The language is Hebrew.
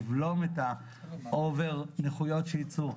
לבלום את אובר הנכויות שייצאו.